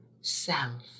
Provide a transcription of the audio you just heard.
self